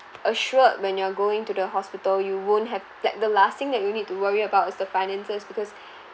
assured when you're going to the hospital you won't have like the last thing that you need to worry about is the finances because